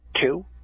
two